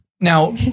now